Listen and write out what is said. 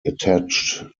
attached